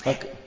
Okay